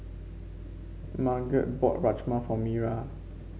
Marget bought Rajma for Mira